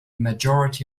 majority